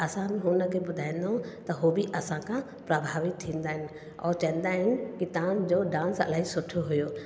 त असां बि हुनखे ॿुधाईंदो त उहो बि असां खां प्रभावित थींदा आहिनि और चवंदा आहिनि कि तव्हांजो डांस इलाही सुठो हुओ